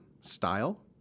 style